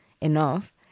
enough